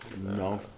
No